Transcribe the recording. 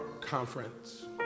conference